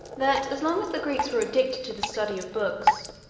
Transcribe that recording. that as long as the greeks were addicted to the study of books,